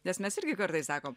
nes mes irgi kartais sakom